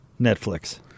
Netflix